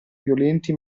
violenti